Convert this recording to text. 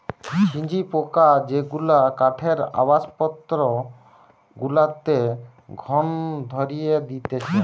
ঝিঝি পোকা যেগুলা কাঠের আসবাবপত্র গুলাতে ঘুন ধরিয়ে দিতেছে